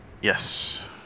Yes